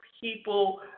people